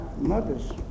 mother's